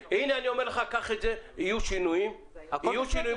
הנה, אני אומר לך שיהיו שינויים בתקנות.